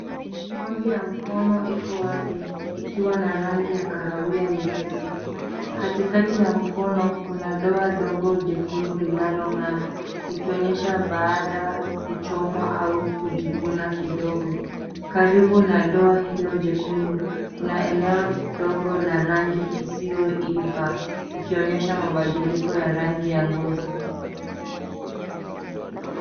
Ngozi ya mkono iko wazi ikiwa na rangi ya kahawia nyepesi. Katikati ya mkono kuna doa dogo jekundu linalong'aa likionyesha baada kuchomwa au kujikuna kidogo. Karibu na doa hilo jekundu kuna eneo dogo la rangi isiyoiva ikionyesha mabadiliko ya rangi ya ngozi.